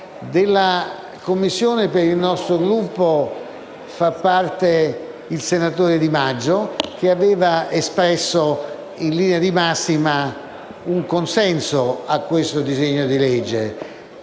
della quale fa parte, per il nostro Gruppo, il senatore Di Maggio, che aveva espresso, in linea di massima, un consenso a questo disegno di legge.